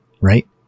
right